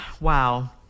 Wow